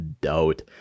doubt